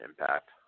Impact